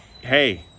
hey